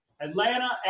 Atlanta